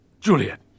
Juliet